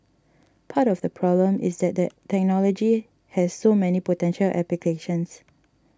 part of the problem is that the technology has so many potential applications